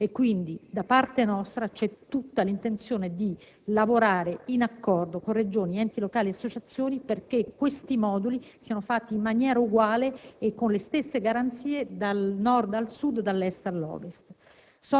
Quindi, da parte nostra, c'è tutta l'intenzione di lavorare in accordo con Regioni, enti locali e associazioni perché questi moduli siano fatti in maniera uguale e con le stesse garanzie dal Nord al Sud, dall'Est all'Ovest.